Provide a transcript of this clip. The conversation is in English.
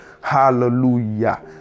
Hallelujah